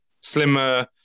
slimmer